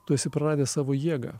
tu esi praradęs savo jėgą